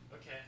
Okay